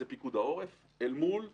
זה פיקוד העורף אל מול רח"ל.